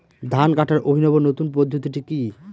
ধান কাটার অভিনব নতুন পদ্ধতিটি কি?